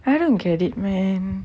I don't get it man